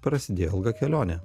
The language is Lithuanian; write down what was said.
prasidėjo ilga kelionė